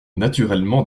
naturellement